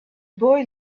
boy